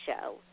show